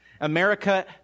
America